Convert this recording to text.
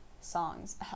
songs